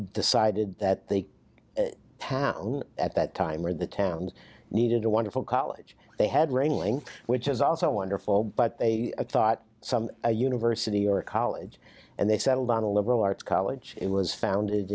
decided that the path at that time or the towns needed a wonderful college they had railing which is also wonderful but they thought some a university or college and they settled on a liberal arts college it was founded